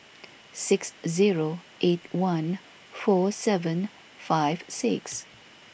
six zero eight one four seven five six